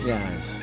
Yes